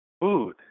food